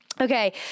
Okay